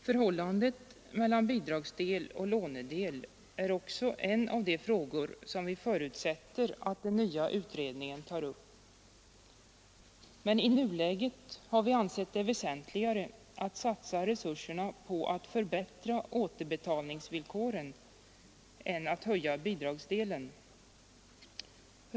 Förhållandet mellan bidragsdel och lånedel är också en av de frågor som vi förutsätter att den nya utredningen tar upp. Men i nuläget har vi ansett det väsentligare att satsa resurser på att förbättra återbetalningsvillkoren än att höja bidragsdelen.